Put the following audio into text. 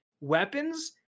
weapons